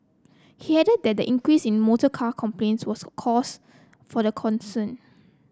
he added that the increase in motorcar complaints was a cause for the concern